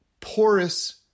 porous